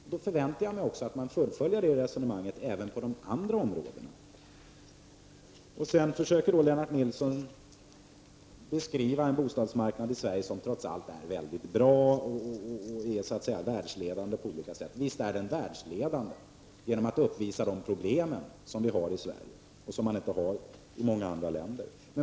Jag förväntar mig då att detta resonemang fullföljs även på övriga områden. Sverige som trots allt väldigt bra och världsledande på olika sätt. Visst är bostadsmarknaden världsledande genom att den uppvisar de problem som finns i Sverige, men som man inte har i andra länder.